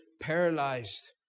paralyzed